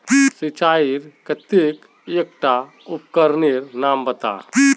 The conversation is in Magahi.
सिंचाईर केते एकटा उपकरनेर नाम बता?